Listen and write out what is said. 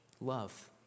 Love